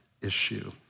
issue